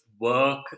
work